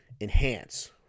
enhance